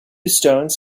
stones